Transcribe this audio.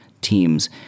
teams